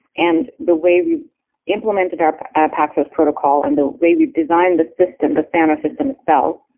and the way we've implemented our paxos protocol and the way we've designed the system, the spanner system itself,